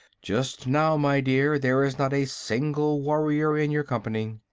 just now, my dear, there is not a single warrior in your company.